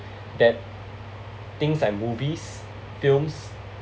that things and movies films